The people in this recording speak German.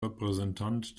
repräsentant